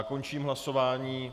Končím hlasování.